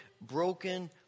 broken